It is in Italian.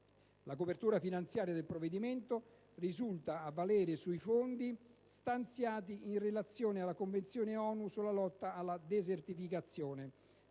La copertura finanziaria del provvedimento risulta a valere sui fondi stanziati in relazione alla Convenzione ONU sulla lotta alla desertificazione.